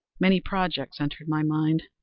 many projects entered my mind.